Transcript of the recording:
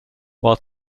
while